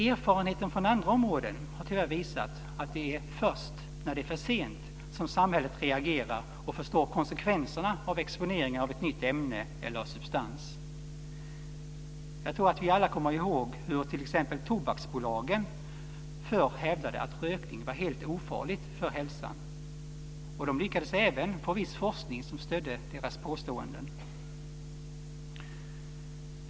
Erfarenheten från andra områden har tyvärr visat att det är först när det är för sent som samhället reagerar och förstår konsekvenserna av exponeringen av ett nytt ämne eller en ny substans. Vi kommer väl alla ihåg hur t.ex. tobaksbolagen förr hävdade att rökning var helt ofarligt för hälsan. De lyckades även få viss forskning att stödja deras påståenden.